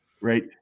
right